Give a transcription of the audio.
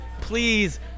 please